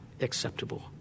acceptable